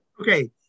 Okay